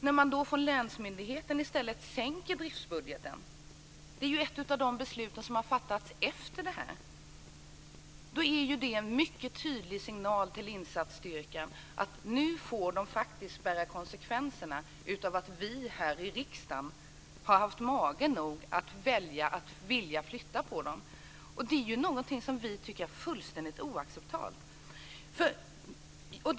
När man från länsmyndigheten sänker driftsbudgeten - det är ju ett av de beslut som har fattats efter det här - är det en mycket tydlig signal till insatsstyrkan om att den nu faktiskt får bära konsekvenserna av att vi här i riksdagen har haft mage nog att vilja flytta på den. Det är någonting som vi tycker är fullständigt oacceptabelt.